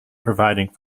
providing